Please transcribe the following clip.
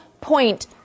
point